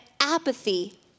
apathy